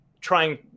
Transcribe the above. trying